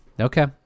Okay